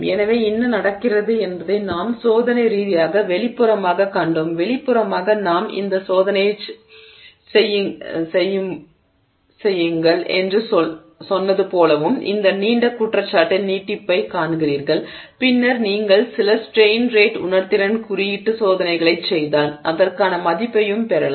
எனவே என்ன நடக்கிறது என்பதை நாம் சோதனை ரீதியாக வெளிப்புறமாகக் கண்டோம் வெளிப்புறமாக நான் இந்தச் சோதனையைச் செய்யுங்கள் என்று சொன்னது போலவும் இந்த நீண்ட குற்றச்சாட்டு நீட்டிப்பைக் காண்கிறீர்கள் பின்னர் நீங்கள் சில ஸ்ட்ரெய்ன் ரேட் உணர்திறன் குறியீட்டு சோதனைகளைச் செய்தால் அதற்கான மதிப்பையும் பெறலாம்